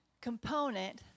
component